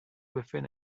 within